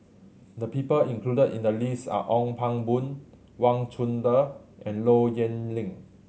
the people included in the list are Ong Pang Boon Wang Chunde and Low Yen Ling